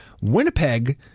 Winnipeg